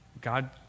God